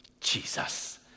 Jesus